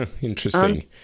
Interesting